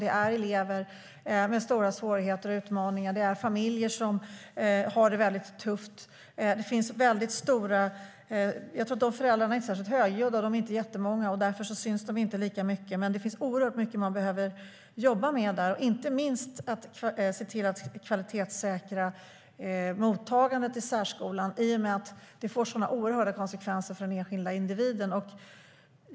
Det handlar om elever med stora svårigheter och utmaningar. Det handlar om familjer som har det mycket tufft. Jag tror inte att dessa föräldrar, som inte är jättemånga, är särskilt högljudda. Därför syns de inte lika mycket. Men det finns oerhört mycket som man behöver jobba med där. Inte minst gäller det att se till att kvalitetssäkra mottagandet i särskolan, i och med att det får så oerhört stora konsekvenser för den enskilda individen.